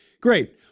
Great